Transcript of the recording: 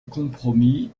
compromis